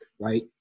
right